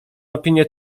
opinię